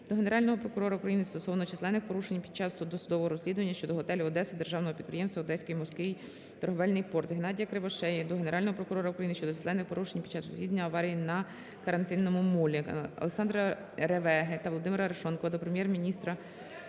до Генерального прокурора України стосовно численних порушень під час досудового розслідування щодо готелю "Одеса" Державного підприємства "Одеський морський торговельний порт". Геннадія Кривошеї до Генерального прокурора України щодо численних порушень під час розслідування аварії на Карантинному молі.